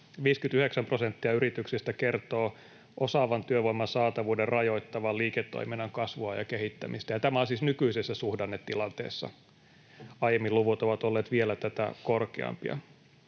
59 prosenttia yrityksistä kertoo osaavan työvoiman saatavuuden rajoittavan liiketoiminnan kasvua ja kehittämistä, ja tämä on siis nykyisessä suhdannetilanteessa. Aiemmin luvut ovat olleet vielä tätä korkeampia.